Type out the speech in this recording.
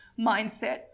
mindset